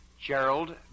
Gerald